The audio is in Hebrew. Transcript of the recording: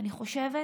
ואני חושבת